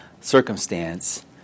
circumstance